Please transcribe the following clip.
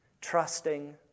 trusting